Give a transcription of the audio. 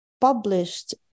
published